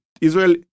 Israel